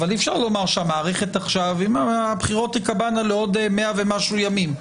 אבל אם הבחירות תיקבענה לעוד מאה ומשהו ימים,